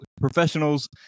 Professionals